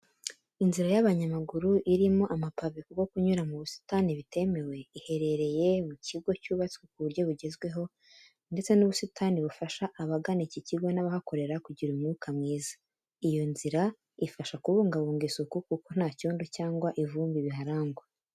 Inzira y'abanyamaguru, irimo amapave kuko kunyura mu busitani bitemewe, iherereye mu kigo cyubatswe ku buryo bugezweho, ndetse n'ubusitani bufasha abagana iki kigo n'abahakorera kugira umwuka mwiza. Iyi nzira ifasha kubungabunga isuku kuko nta cyondo cyangwa ivumbi biharangwa.